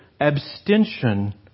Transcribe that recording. abstention